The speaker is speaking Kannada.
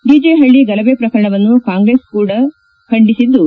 ಡಿಜೆ ಪಳ್ಳಿ ಗಲಭೆ ಪ್ರಕರಣವನ್ನು ಕಾಂಗ್ರೆಸ್ ಪಕ್ಷ ಕೂಡಾ ಖಂಡಿಸಿದ್ದು